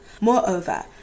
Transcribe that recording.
Moreover